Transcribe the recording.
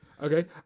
Okay